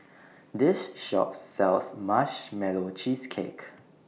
This Shop sells Marshmallow Cheesecake